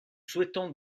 souhaitons